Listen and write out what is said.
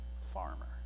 farmer